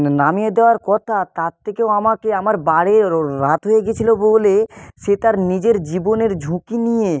নামিয়ে দেওয়ার কথা তার থেকেও আমাকে আমার বাড়ি রাত হয়ে গেছিল বলে সে তার নিজের জীবনের ঝুঁকি নিয়ে